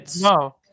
No